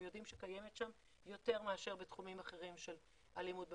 יודעים שקיימת שם יותר מאשר בתחומים אחרים של אלימות במשפחה.